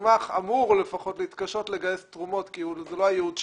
גמ"ח אמור לפחות להתקשות לגייס תרומות כי זה לא הייעוד שלו.